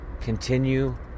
Continue